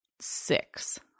six